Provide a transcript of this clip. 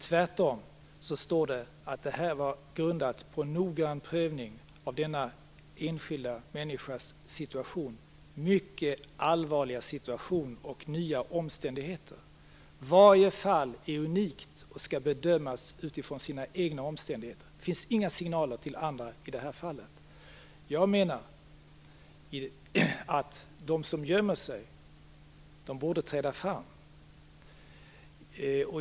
Tvärtom står det att beslutet var grundat på noggrann prövning av denna enskilda människas mycket allvarliga situation och nya omständigheter. Varje fall är unikt och skall bedömas utifrån sina egna omständigheter. Det finns inga signaler till andra i det här fallet. Jag menar att de som gömmer sig borde träda fram.